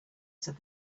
said